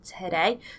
today